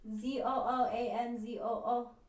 Z-O-O-A-N-Z-O-O